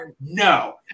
No